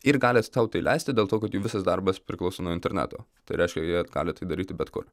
ir gali sau tai leisti dėl to kad jų visas darbas priklauso nuo interneto tai reiškia jie gali tai daryti bet kur